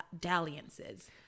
dalliances